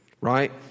Right